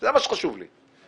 זה מה שחשוב לי.